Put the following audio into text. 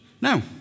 no